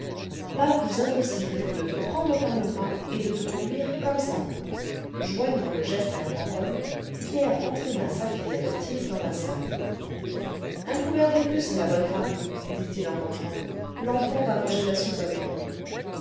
pas plus impossible que de te prendre par le bras et de te conduire comme ça joignant le geste à la parole pierre entraîna sa fille adoptive dans la salle un couvert de plus la bonne femme dit-il en entrant l'enfant va manger la soupe avec nous